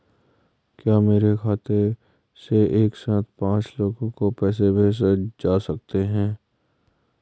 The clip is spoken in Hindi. क्या मेरे खाते से एक साथ पांच लोगों को पैसे भेजे जा सकते हैं?